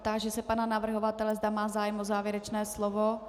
Táži se pana navrhovatele, zda má zájem o závěrečné slovo.